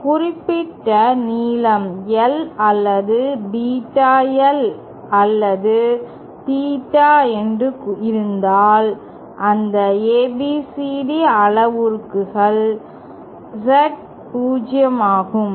ஒரு குறிப்பிட்ட நீளம் L அல்லது பீட்டா L அல்லது தீட்டா என்று இருந்தால் அதன் ABCD அளவுருக்கள் Z0 ஆகும்